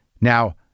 Now